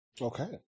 Okay